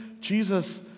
Jesus